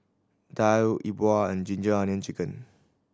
daal E Bua and Ginger Onions Chicken